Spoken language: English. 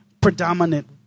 predominant